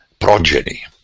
progeny